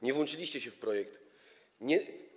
Nie włączyliście się w projekt, nie.